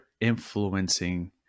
influencing